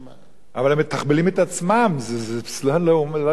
אבל הם מתחבלים את עצמם, זה לא יאומן.